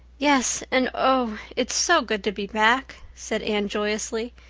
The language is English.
yes, and oh, it's so good to be back, said anne joyously.